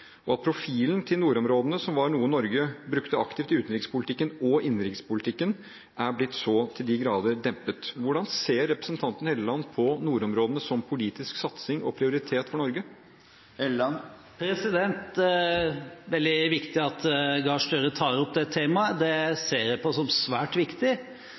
og at profilen til nordområdene, som var noe Norge brukte aktivt i utenrikspolitikken og innenrikspolitikken, er blitt så til de grader dempet. Hvordan ser representanten Helleland på nordområdene som politisk satsingsfelt og prioritet for Norge? Det er veldig viktig at Gahr Støre tar opp det temaet – det ser jeg på som svært viktig.